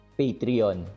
patreon